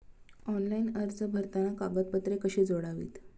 Online अर्ज भरताना कागदपत्रे कशी जोडावीत?